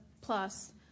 plus